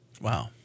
Wow